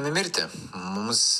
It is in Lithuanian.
numirti mums